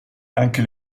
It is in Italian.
anche